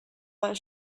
that